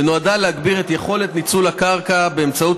ונועדה להגביר את יכולת ניצול הקרקע באמצעות